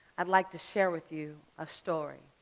i'd like to share with you a story.